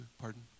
pardon